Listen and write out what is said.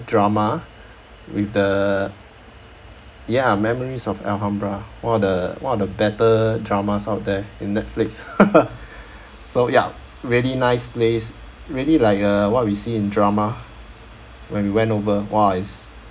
drama with the ya memories of alhambra one of the one of the better dramas out there in netflix so ya really nice place really like uh what we see in drama when we went over !wah! is